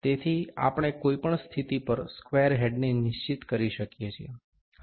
તેથી આપણે કોઈ પણ સ્થિતિ પર સ્ક્વેર હેડને નિશ્ચિત કરી શકીએ છીએ